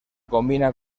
combina